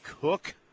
cook